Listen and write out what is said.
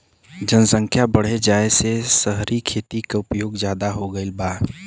जनसख्या बढ़ जाये से सहरी खेती क उपयोग जादा हो गईल बा